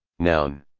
noun